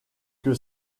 que